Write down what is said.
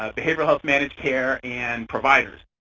ah behavioral health managed care and providers.